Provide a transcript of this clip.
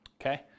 Okay